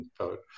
vote